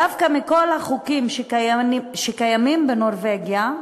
דווקא מכל החוקים שקיימים בנורבגיה,